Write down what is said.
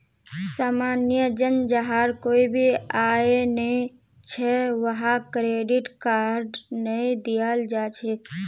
सामान्य जन जहार कोई भी आय नइ छ वहाक क्रेडिट कार्ड नइ दियाल जा छेक